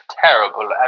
terrible